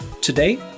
Today